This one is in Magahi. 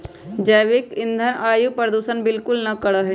जैविक ईंधन वायु प्रदूषण बिलकुल ना करा हई